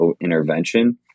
intervention